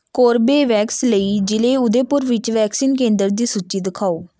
Corbevax ਲਈ ਜ਼ਿਲ੍ਹੇ ਉਦੈਪੁਰ ਵਿੱਚ ਵੈਕਸੀਨ ਕੇਂਦਰ ਦੀ ਸੂਚੀ ਦਿਖਾਓ